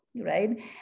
right